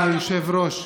אדוני היושב-ראש,